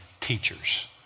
teachers